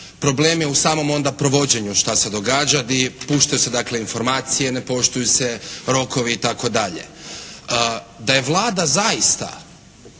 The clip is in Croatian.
Problem je u samom onda provođenju šta se događa. I puštaju se dakle informacije, ne poštuju se rokovi i tako dalje. Da je Vlada zaista